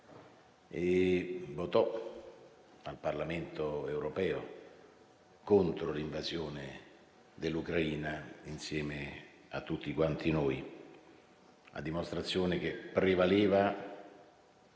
Al Parlamento europeo votò contro l'invasione dell'Ucraina, insieme a tutti quanti noi, a dimostrazione che prevalevano